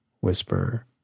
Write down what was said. whisper